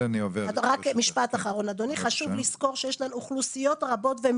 נתון שאני חושבת שהוא חשוב מאוד, הנושא של גיל.